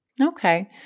Okay